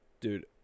dude